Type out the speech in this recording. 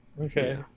Okay